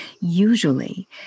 usually